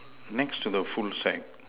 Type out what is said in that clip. next to the full sack